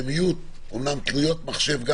שיהיו אמנם תלויות מחשב,